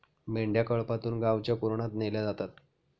मेंढ्या कळपातून गावच्या कुरणात नेल्या जातात